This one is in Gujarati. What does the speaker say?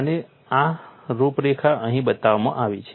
અને રૂપરેખા અહીં બતાવવામાં આવી છે